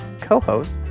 co-host